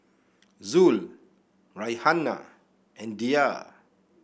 Zul Raihana and Dhia